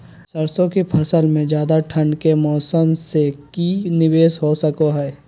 सरसों की फसल में ज्यादा ठंड के मौसम से की निवेस हो सको हय?